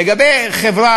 לגבי חברה,